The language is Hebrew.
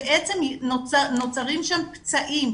בעצם נוצרים שם פצעים,